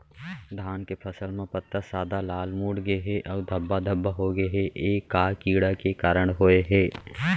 धान के फसल म पत्ता सादा, लाल, मुड़ गे हे अऊ धब्बा धब्बा होगे हे, ए का कीड़ा के कारण होय हे?